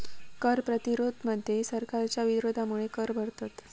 कर प्रतिरोध मध्ये सरकारच्या विरोधामुळे कर भरतत